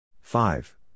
five